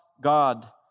God